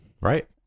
right